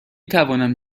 توانم